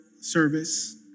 service